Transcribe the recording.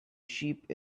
sheep